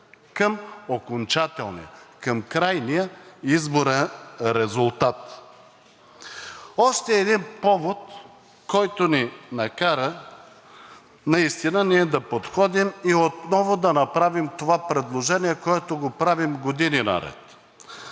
към окончателния, към крайния изборен резултат. Още един повод, който ни накара да подходим и отново да направим това предложение, което го правим години наред.